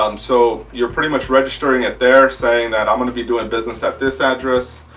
um so you're pretty much registering it they're saying that i'm going to be doing business at this address.